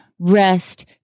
rest